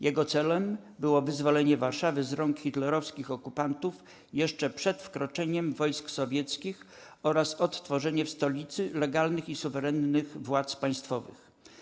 Jego celem było wyzwolenie Warszawy z rąk hitlerowskich okupantów jeszcze przed wkroczeniem wojsk sowieckich oraz odtworzenie w stolicy legalnych i suwerennych władz państwowych.